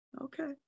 Okay